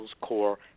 core